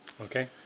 Okay